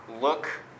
look